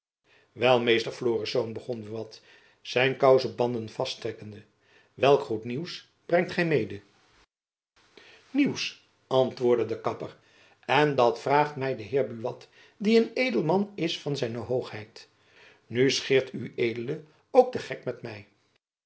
wel meester florisz vroeg buat zijn kousebanden vaststrikkende welk goed nieuws brengt gy mede nieuws antwoordde de kapper en dat vraagt my de heer buat die een edelman is van zijne hoogheid nu scheert ued ook den gek met my